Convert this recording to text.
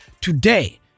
Today